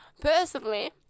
personally